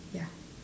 ya